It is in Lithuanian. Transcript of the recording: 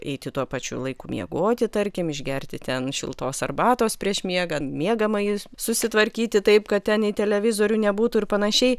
eiti tuo pačiu laiku miegoti tarkim išgerti ten šiltos arbatos prieš miegą miegamąjį susitvarkyti taip kad ten nei televizorių nebūtų ir panašiai